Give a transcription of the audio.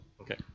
Okay